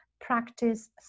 practice